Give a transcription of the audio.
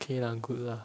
K lah good lah